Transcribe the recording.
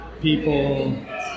people